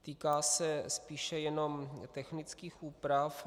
Týká se spíše jenom technických úprav.